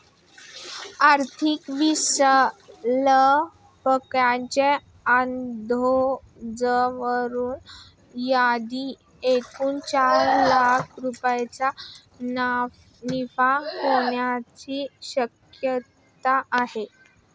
आर्थिक विश्लेषकांच्या अंदाजावरून यंदा एकूण चार लाख रुपयांचा नफा होण्याची शक्यता आहे